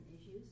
issues